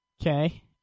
Okay